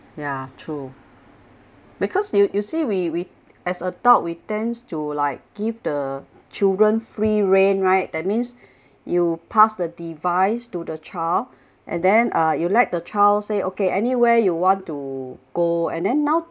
ya true because you you see we we as adults we tends to like give the children free rein right that means you pass the device to the child and then uh you let the child say okay anywhere you want to go and then now